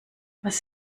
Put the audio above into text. was